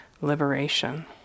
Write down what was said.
liberation